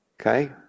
okay